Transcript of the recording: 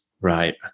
Right